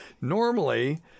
Normally